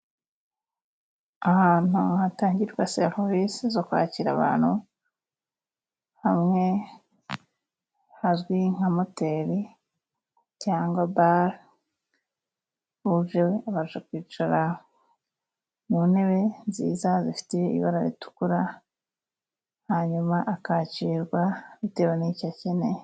Ahantu hatangirwa serivisi zo kwakira abantu, hamwe hazwi nka moteri cyangwa bare, uje abasha kwicara mu ntebe nziza zifite ibara ritukura, hanyuma akakirwa bitewe n’icyo akeneye.